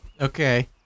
Okay